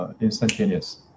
Instantaneous